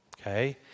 Okay